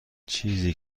چیزی